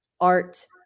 art